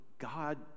God